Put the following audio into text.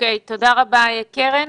תודה רבה, קרן.